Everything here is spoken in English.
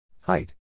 Height